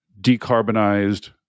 decarbonized